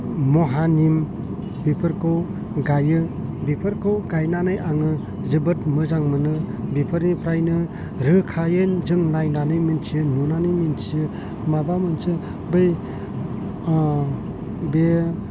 महानिम बेफोरखौ गायो बेफोरखौ गायनानै आङो जोबोद मोजां मोनो बेफोरनिफ्रायनो रोखायै जों नायनानै मोन्थियो नुनान मोन्थियो माबा मोनसे बै बे